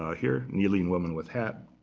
ah here, kneeling woman with hat